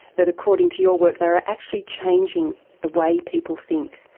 that according to your work they are actually changing the way people think?